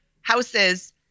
houses